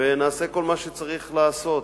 ונעשה כל מה שצריך לעשות.